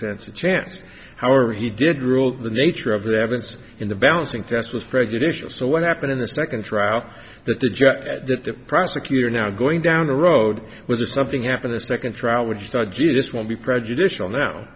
chance however he did rule the nature of the evidence in the balancing test was prejudicial so what happened in the second trial that the judge the prosecutor now going down the road was if something happened the second trial would start just will be prejudicial now